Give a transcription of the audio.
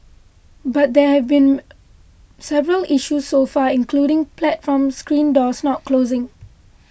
but there have been several issues so far including platform screen doors not closing